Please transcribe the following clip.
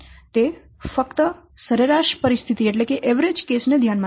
તે ફક્ત સરેરાશ પરિસ્થિતિ ને ધ્યાનમાં લે છે